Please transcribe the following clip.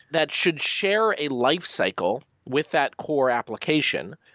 that should share a lifecycle with that core application.